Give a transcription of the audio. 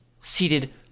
seated